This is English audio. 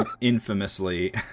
infamously